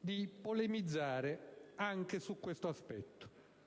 di polemizzare anche su questo aspetto.